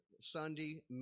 Sunday